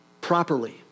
properly